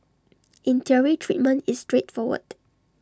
in theory treatment is straightforward